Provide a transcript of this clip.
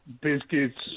biscuits